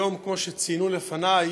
היום, כמו שציינו לפני,